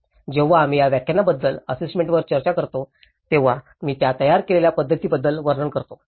जेव्हा आम्ही या व्याख्यानाबद्दल असेसमेंट वर चर्चा करतो तेव्हा मी त्या तयार केलेल्या पद्धतीबद्दल वर्णन करतो